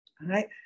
right